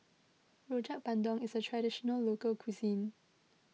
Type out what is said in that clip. Rojak Bandung is a Traditional Local Cuisine